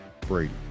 brady